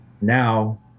now